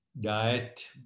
diet